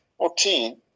14